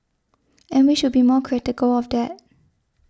and we should be more critical of that